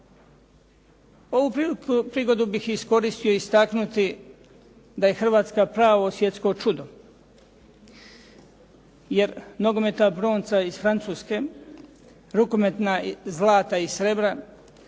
Ovu prigodu bih iskoristio istaknuti da je Hrvatska pravo svjetsko čudo, jer nogometna bronca iz Francuske, rukometna zlata i srebra,